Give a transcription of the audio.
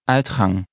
Uitgang